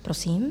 Prosím.